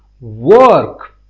work